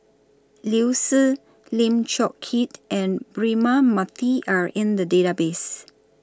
Liu Si Lim Chong Keat and Braema Mathi Are in The Database